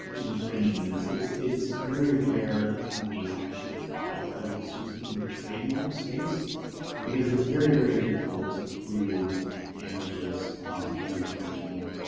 infringement. it's, it's, it's very rare that companies actually file federal suits in the trademark space because it's very, very difficult to prove damages and infringement.